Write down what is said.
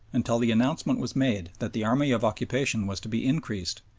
until the announcement was made that the army of occupation was to be increased,